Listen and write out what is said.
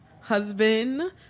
husband